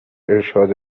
ارشاد